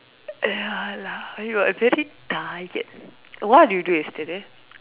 ya lah !aiyo! I very tired what did you do yesterday